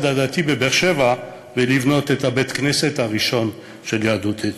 הדתי בבאר-שבע ולבנות את בית-הכנסת הראשון של יהדות אתיופיה.